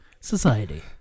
Society